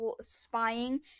spying